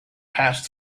passed